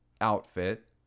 outfit